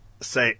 say